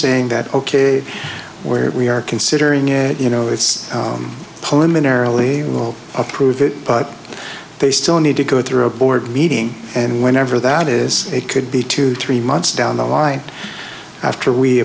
saying that ok where we are considering it you know it's poem an early approve it but they still need to go through a board meeting and whenever that is it could be two three months down the line after we